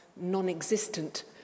non-existent